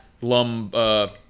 lum